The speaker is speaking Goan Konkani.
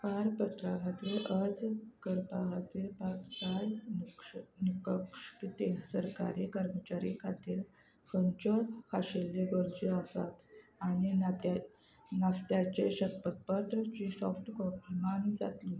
पारपत्रा खातीर अर्ज करपा खातीर पातका मोका मोक्षक थंयसर कार्य कर्मचारी खातीर खंयच्यो खाशेल्यो गरजो आसात आनी नात्या नास्त्याचे शपतपत्र ची सॉफ्ट कॉपी मान्य जातली